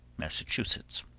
massachusetts.